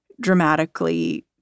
dramatically